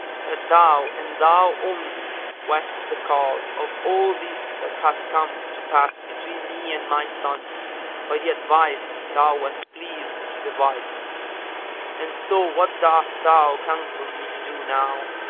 that thou and thou only west the cause of all this that hath come to pass between me and my son by the advice thou west pleased to devise and so what dost thou counsel me to do now?